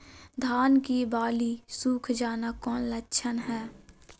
धान की बाली सुख जाना कौन लक्षण हैं?